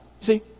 See